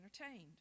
entertained